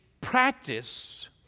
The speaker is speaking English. practice